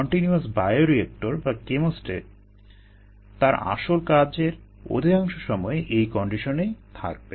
continuous bioreactor বা chemostat তার আসল কাজের অধিকাংশ সময়ই এই কন্ডিশনেই থাকবে